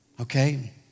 Okay